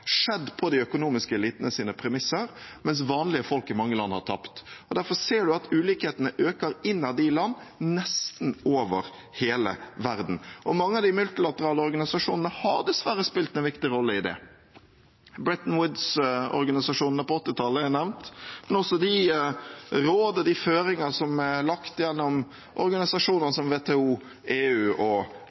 skjedd på de økonomiske elitenes premisser, mens vanlige folk i mange land har tapt. Derfor ser man at ulikhetene øker innad i land, nesten over hele verden. Mange av de multilaterale organisasjonene har dessverre spilt en viktig rolle i dette. Bretton Woods-institusjonene på 1980-tallet er blitt nevnt, men det gjelder også de råd og føringer som er lagt av organisasjoner som WTO, EU og